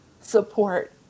support